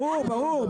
ברור.